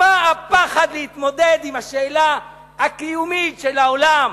מה הפחד להתמודד עם השאלה הקיומית של העולם,